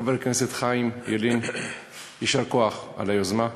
חבר הכנסת חיים ילין, יישר כוח על היוזמה.